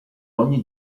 ogni